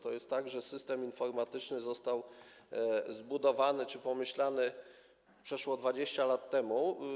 To jest tak, że system informatyczny został zbudowany czy pomyślany przeszło 20 lat temu.